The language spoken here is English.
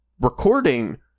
Recording